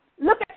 look